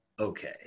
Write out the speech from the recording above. okay